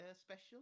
special